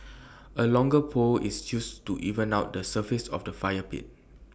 A longer pole is used to even out the surface of the fire pit